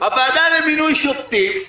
הוועדה למינוי שופטים,